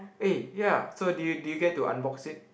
eh ya so did you did you get to unbox it